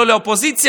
לא לאופוזיציה.